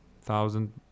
thousand